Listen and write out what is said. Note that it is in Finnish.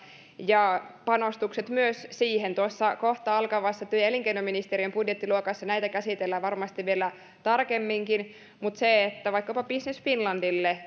panostukset myös siihen tuossa kohta alkavassa työ ja elinkeinoministeriön budjettiluokassa näitä käsitellään varmasti vielä tarkemminkin mutta se että vaikkapa business finlandille